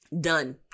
Done